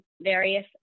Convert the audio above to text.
various